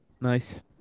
nice